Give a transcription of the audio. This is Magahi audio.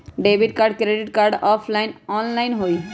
Debit card credit card offline online होई?